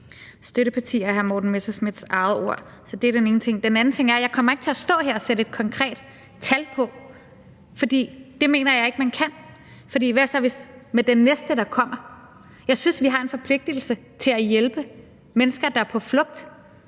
støtteparti er hr. Morten Messerschmidts eget ord. Det er den ene ting. Den anden ting er, at jeg ikke kommer til at stå her og sætte et konkret tal på, for det mener jeg ikke man kan – for hvad så med den næste, der kommer? Jeg synes, at vi har en forpligtelse til at hjælpe mennesker, der er på flugt,